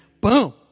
Boom